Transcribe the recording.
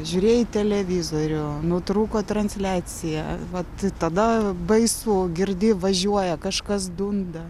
žiūrėjai televizorių nutrūko transliacija vat i tada baisu girdi važiuoja kažkas dunda